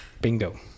Bingo